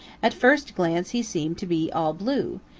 at first glance he seemed to be all blue,